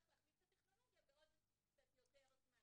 להחליף את הטכנולוגיה בעוד קצת יותר זמן.